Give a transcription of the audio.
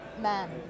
man